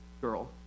girl